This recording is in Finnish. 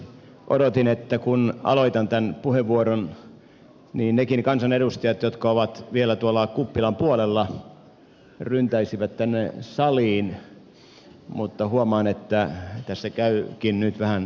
odotin että kun aloitan tämän puheenvuoron niin nekin kansanedustajat jotka ovat vielä tuolla kuppilan puolella ryntäisivät tänne saliin mutta huomaan että tässä käykin nyt vähän toisinpäin